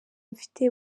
mfite